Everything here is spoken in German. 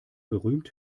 berühmt